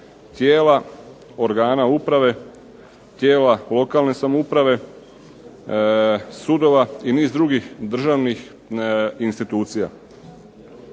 tijela, organa uprave, tijela lokalne samouprave, sudova i niz drugih državnih institucija.